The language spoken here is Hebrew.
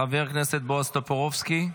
חבר הכנסת בועז טופורובסקי --- רגע,